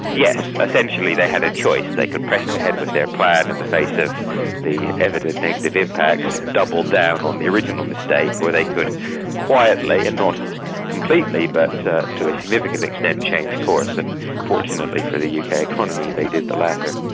yes, essentially they had a choice, they could press ahead with their plan in the face of the evident negative impacts, double down on the original mistake, or they could quietly and not completely but to to a significant extent change course. and fortunately for the yeah uk economy they did the latter.